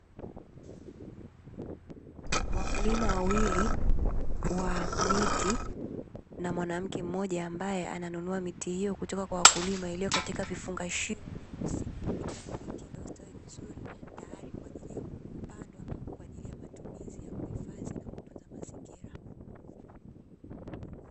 Wakulima wawili wa miti, na mwanamke mmoja ambae ananunua miti hiyo kutoka kwa wakulima, iliyo katika vifungashio vyeusi, vikiwa na miti liyostawi vizuri tayari kwa ajili ya kupandwa, kwa ajili ya matumizi ya kuhifadhi na kutunza mazingira.